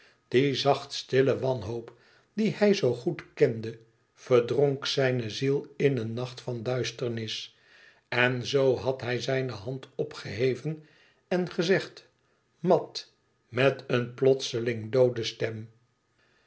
die zacht stille wanhoop die hij zoo goed kende verdronk zijne ziel in een nacht van duisternis en zoo had hij zijne hand opgeheven en gezegd mat met een plotseling doode stem